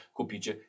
kupicie